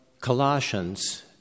Colossians